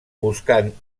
buscant